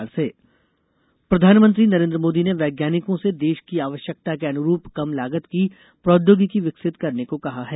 प्रधानमंत्री वैज्ञानिक प्रधानमंत्री नरेन्द्र मोदी ने वैज्ञानिकों से देश की आवश्यकता के अनुरूप कम लागत की प्रौद्योगिकी विकसित करने को कहा है